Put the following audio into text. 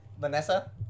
vanessa